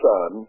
Son